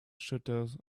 shutters